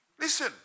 Listen